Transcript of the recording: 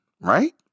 right